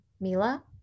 Mila